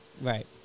Right